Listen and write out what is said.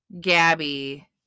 Gabby